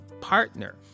partner